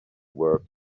were